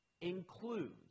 includes